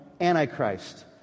Antichrist